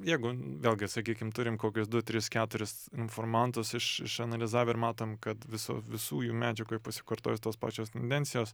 jeigu vėlgi sakykim turim kokius du tris keturis informantus iš išanalizavę ir matom kad viso visų jų medžiagoj pasikartojo tos pačios tendencijos